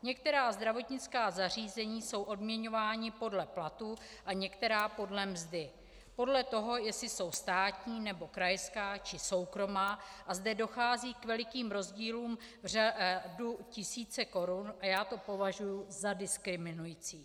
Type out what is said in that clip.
Některá zdravotnická zařízení jsou odměňována podle platů a některá podle mzdy, podle toho, jestli jsou státní, nebo krajská, či soukromá, a zde dochází k velikým rozdílům v řádu tisíce korun a já to považuji za diskriminující.